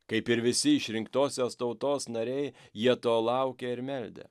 kaip ir visi išrinktosios tautos nariai jie to laukė ir meldė